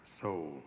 soul